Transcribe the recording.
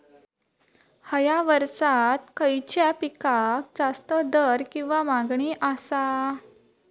हया वर्सात खइच्या पिकाक जास्त दर किंवा मागणी आसा?